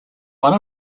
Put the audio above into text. one